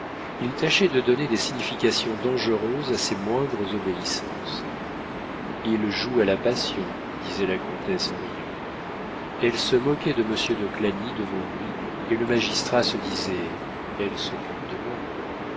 il tâchait de donner des significations dangereuses à ses moindres obéissances il joue à la passion disait la comtesse en riant elle se moquait de monsieur de clagny devant lui et le magistrat se disait elle s'occupe de moi